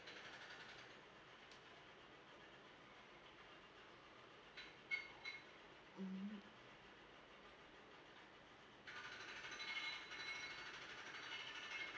mmhmm